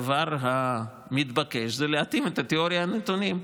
הדבר המתבקש זה להתאים את התיאוריה לנתונים.